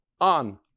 on